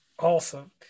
Awesome